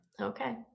Okay